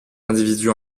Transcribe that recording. individus